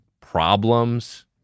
Problems